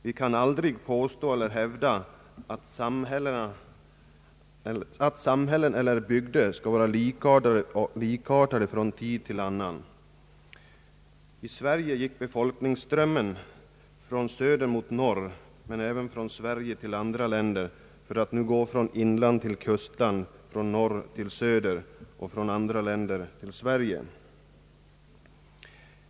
Vi kan aldrig påstå eller hävda att samhällen eller bygder skall vara likartade från tid till annan. I Sverige gick befolkningsströmmen tidigare från söder mot norr men även från Sverige till andra länder, för att nu gå från inland till kustland, från norr till söder och från andra länder till Sverige.